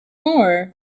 more